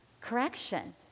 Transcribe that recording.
correction